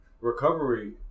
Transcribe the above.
recovery